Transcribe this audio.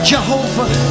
Jehovah